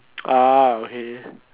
ah okay